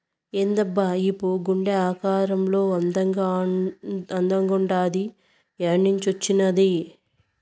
ఏందబ్బా ఈ పువ్వు గుండె ఆకారంలో అందంగుండాది ఏన్నించొచ్చినాది